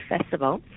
Festival